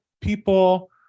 people